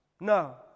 no